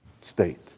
state